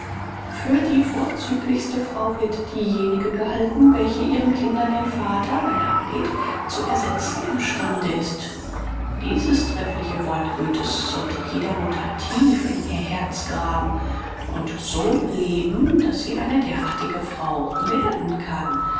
für die vorzüglichste frau wird diejenige gehalten welche ihren kindern den vater wenn er abgeht zu ersetzen im stande ist dieses treffliche wort göthe's sollte jede mutter tief in ihr herz graben und so leben daß sie eine derartige frau werden kann